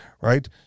Right